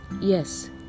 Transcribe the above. yes